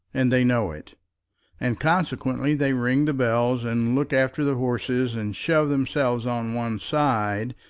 and they know it and consequently they ring the bells, and look after the horses, and shove themselves on one side,